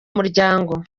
muryango